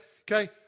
Okay